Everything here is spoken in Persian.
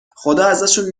خداازشون